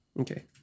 Okay